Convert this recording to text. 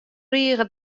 rige